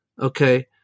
okay